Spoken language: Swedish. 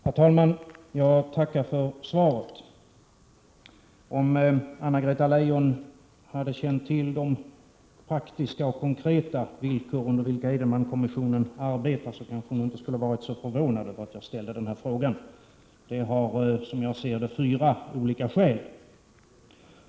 Herr talman! Jag tackar för svaret. Om Anna-Greta Leijon hade känt till de praktiska och konkreta villkor under vilka Edenmankommissionen arbetar kanske hon inte skulle ha varit så förvånad över att jag ställde dessa frågor. Som jag ser det finns det fyra olika skäl till det.